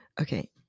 okay